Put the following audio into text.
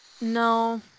No